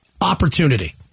opportunity